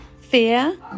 fear